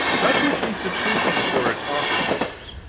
not to its institutions or its office-holders.